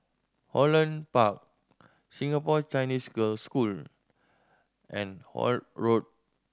Holland Park Singapore Chinese Girls' School and Holt Road